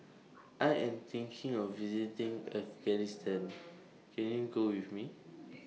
I Am thinking of visiting Afghanistan Can YOU Go with Me